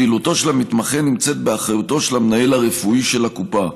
פעילותו של המתמחה נמצאת באחריותו של המנהל הרפואי של הקופה.